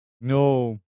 No